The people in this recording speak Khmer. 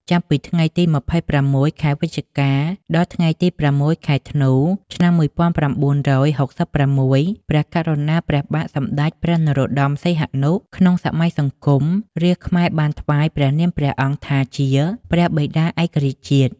ចាប់ពីថ្ងៃទី២៦ ខែវិច្ឆិកា ដល់ ថ្ងៃទី០៦ ខែធ្នូ ឆ្នាំ១៩៦៦ ព្រះករុណា ព្រះបាទសម្តេចព្រះនរោត្តម សីហនុ ក្នុងសម័យសង្គមរាស្រ្តខ្មែរបានថ្វាយ ព្រះនាមព្រះអង្គថាជា ព្រះបិតាឯករាជ្យជាតិ។